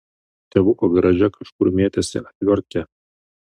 tėvuko garaže kažkur mėtėsi atviortkė